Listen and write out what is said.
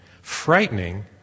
frightening